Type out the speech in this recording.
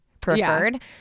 preferred